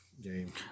game